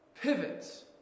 pivots